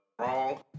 wrong